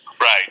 Right